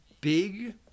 big